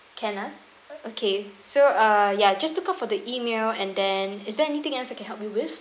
can ah okay so uh ya just look out for the email and then is there anything else I can help you with